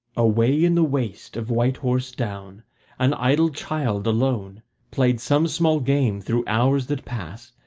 away in the waste of white horse down an idle child alone played some small game through hours that pass,